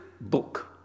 book